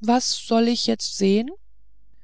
was soll ich jetzt sehen